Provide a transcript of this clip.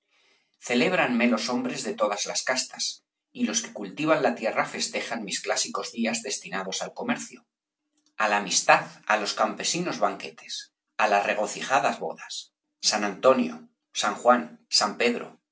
miserable celébranme los hombres de todas castas y los que cultivan la tierra festejan mis clásicos días destinados al comercio á la amis b pérez g aldos tad á los campesinos banquetes á las regocijadas bodas san antonio san juan san pedro